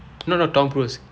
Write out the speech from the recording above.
no no not tom cruise